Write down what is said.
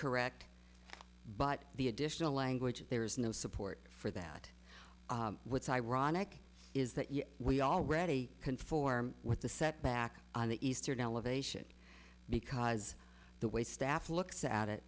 correct but the additional language there is no support for that what's ironic is that yes we already conform with the setback on the eastern elevation because the way staff looks at it